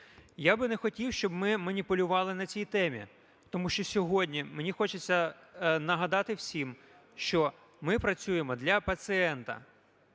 Я би не хотів, щоби ми маніпулювали на цій темі, тому що сьогодні мені хочеться нагадати всім, що ми працюємо для пацієнта.